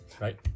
Right